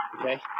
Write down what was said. okay